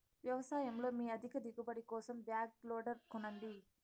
వ్యవసాయంలో మీ అధిక దిగుబడి కోసం బ్యాక్ లోడర్ కొనండి